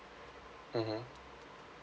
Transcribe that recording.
mmhmm